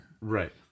Right